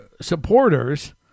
supporters